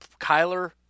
Kyler